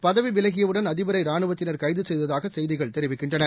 பதவிவிலகியவுடன் அதிபரை ராணுவத்தினர் கைதசெய்ததாகசெய்திகள் தெரிவிக்கின்றன